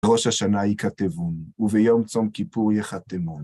ראש השנה יכתבון, וביום צום כיפור יחתמון.